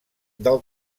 del